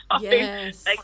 Yes